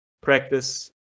practice